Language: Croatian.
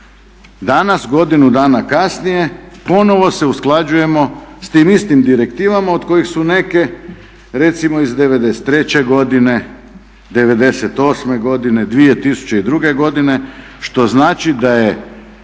Danas godinu dana kasnije ponovno se usklađujemo sa tim istim direktivama od kojih su neke recimo iz '93. godine, '98. godine, 2002. godine što znači da je